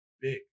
big